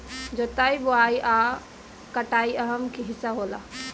जोताई बोआई आ कटाई अहम् हिस्सा होला